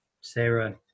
Sarah